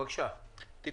בבקשה, להמשיך.